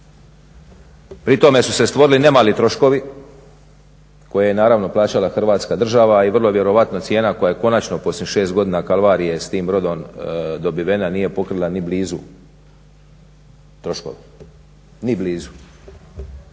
Pri tome su se stvorili ne mali troškovi koje je naravno plaćala Hrvatska država i vrlo vjerojatno cijena koja je konačno poslije 6 godina kalvarije s tim brodom dobivena nije pokrila ni blizu troškove, ni blizu.